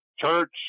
Church